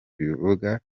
bivuga